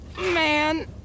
man